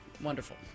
Wonderful